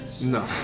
No